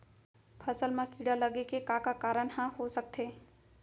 फसल म कीड़ा लगे के का का कारण ह हो सकथे?